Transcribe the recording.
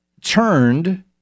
turned